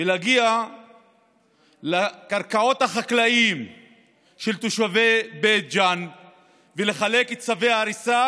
ולהגיע לקרקעות החקלאים מתושבי בית ג'ן ולחלק צווי הריסה